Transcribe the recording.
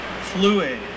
fluid